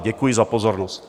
Děkuji za pozornost.